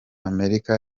amerika